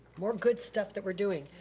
more good stuff that we're doing.